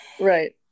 right